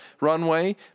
runway